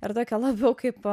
ir tokia labiau kaip